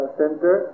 center